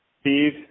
Steve